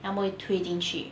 他们会推进去